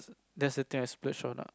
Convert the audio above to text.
thats the thing I splurge on ah